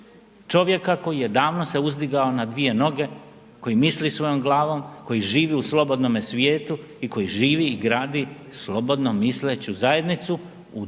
čovjaka koji je davno se uzdigao na dvije noge, koji misli svojom glavom, koji živi u slobodnome svijetu i koji živi i gradi slobodno misleću zajednicu u